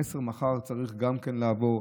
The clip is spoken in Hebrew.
המסר מחר צריך לעבור.